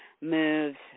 moves